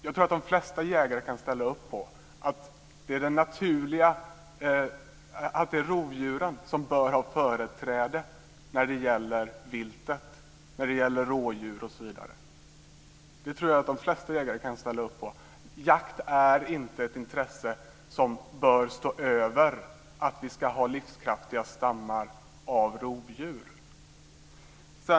Jag tror att de flesta jägare kan ställa upp på att det är rovdjuren som bör ha företräde när det gäller viltet, rådjur osv. Jakt är inte ett intresse som bör stå över att vi ska ha livskraftiga stammar av rovdjur.